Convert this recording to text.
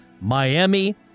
Miami